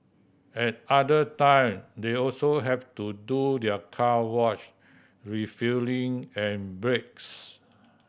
at other time they also have to do their car wash refuelling and breaks